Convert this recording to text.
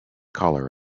collar